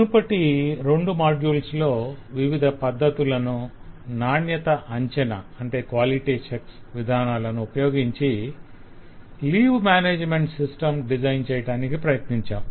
మునుపటి రెండు మాడ్యుల్స్ లో వివిధ పద్ధతులను నాణ్యత అంచనా విధానాలను ఉపయోగించి లీవ్ మేనేజ్మెంట్ సిస్టం డిజైన్ చేయటానికి ప్రయత్నించాం